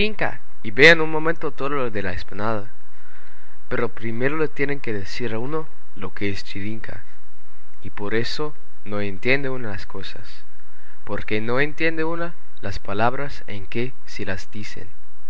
vea en un momento todo lo de la explanada pero primero le tienen que decir a uno lo que es djirincka y por eso no entiende uno las cosas porque no entiende uno las palabras en que se las dicen